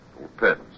depends